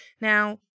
Now